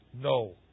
No